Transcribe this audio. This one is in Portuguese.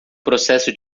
processo